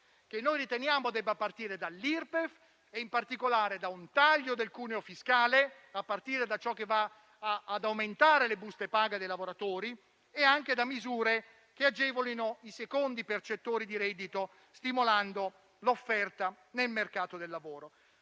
che riteniamo debba cominciare dall'Irpef e, in particolare, da un taglio del cuneo fiscale, a partire da ciò che va ad aumentare le buste paga dei lavoratori e anche da misure che agevolino i secondi percettori di reddito stimolando l'offerta nel mercato del lavoro.